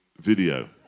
video